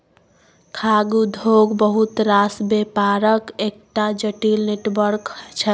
खाद्य उद्योग बहुत रास बेपारक एकटा जटिल नेटवर्क छै